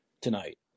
tonight